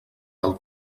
del